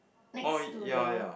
next to the